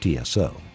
TSO